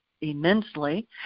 immensely